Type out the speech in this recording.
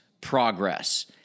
progress